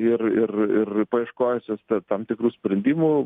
ir ir ir paieškojusios tam tikrų sprendimų